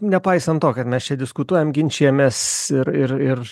nepaisant to kad mes čia diskutuojam ginčijamės ir ir ir